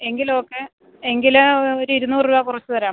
എങ്കിൽ ഓക്കെ എങ്കിൽ ഒരിരുന്നൂറ് രൂപ കുറച്ചു തരാം